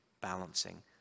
balancing